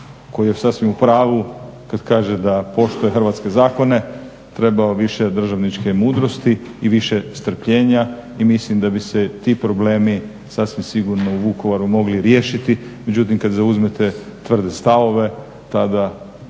koji je sasvim u pravu kad kaže da poštuje hrvatske zakone trebao više državničke mudrosti i više strpljenja i mislim da bi se ti problemi sasvim sigurno u Vukovaru mogli riješiti. Međutim, kad zauzmete tvrde stavove tada